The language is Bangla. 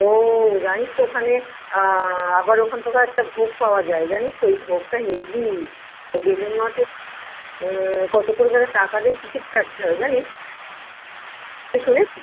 ও জানিস তো ওখানে আবার ওখান কোথাও একটা ভোগ পাওয়া যায় জানিস তো ওই ভোগটা হেব্বি ওই বেলুড় মঠে কত করে যেন টাকা দিয়ে টিকিট কাটতে হয় জানিস তুই শুনেছিস